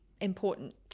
important